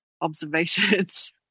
observations